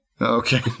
okay